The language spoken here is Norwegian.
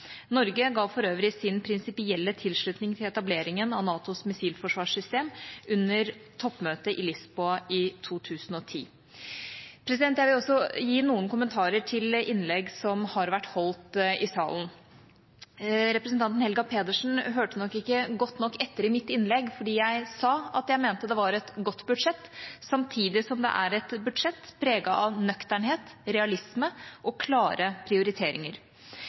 Norge ga for øvrig sin prinsipielle tilslutning til etableringen av NATOs missilforsvarssystem under toppmøtet i Lisboa i 2010. Jeg vil også gi noen kommentarer til innlegg som har vært holdt i salen. Representanten Helga Pedersen hørte nok ikke godt nok etter i mitt innlegg, fordi jeg sa at jeg mente det var et godt budsjett, samtidig som det er et budsjett preget av nøkternhet, realisme og klare prioriteringer.